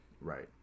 Right